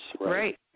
right